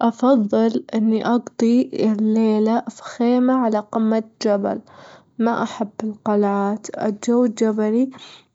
أفضل إني أجضي يعني ليلة في خيمة على قمة جبل، ما أحب القلعات، الجو الجبلي